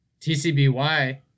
TCBY